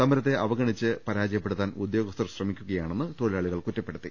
സമരത്തെ അവഗണിച്ച് പരാജയപ്പെടുത്താൻ ഉദ്യോഗസ്ഥർ ശ്രമിക്കു കയാണെന്ന് തൊഴിലാളികൾ കുറ്റപ്പെടുത്തി